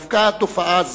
דווקא תופעה זו,